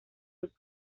los